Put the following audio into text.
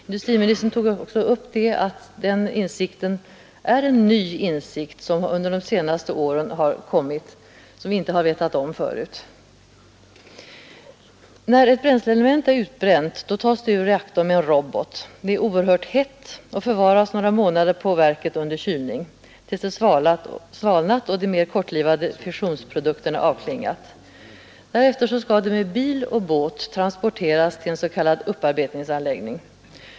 Industriministern sade också att detta är en ny insikt som kommit under de senaste åren och som vi tidigare inte vetat om. När ett bränsleelement är utbränt tas det ur reaktorn med en robot. Det är oerhört hett och förvaras några månader på verket under kylning tills det svalnat och de mer kortlivade fissionsprodukterna avklingat. Därefter skall det med bil och båt transporteras till en s.k. uppbarbetningsanläggning.